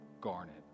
Garnet